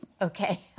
okay